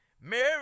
Mary